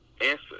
answer